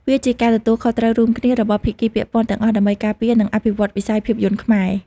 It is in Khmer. វាជាការទទួលខុសត្រូវរួមគ្នារបស់ភាគីពាក់ព័ន្ធទាំងអស់ដើម្បីការពារនិងអភិវឌ្ឍវិស័យភាពយន្តខ្មែរ។